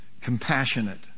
Compassionate